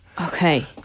Okay